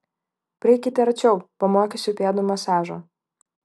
prieikite arčiau pamokysiu pėdų masažo